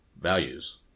values